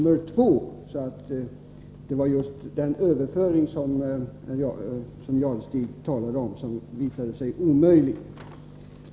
Det var den överföring till förteckning I som Thure Jadestig talade om som visade sig omöjlig.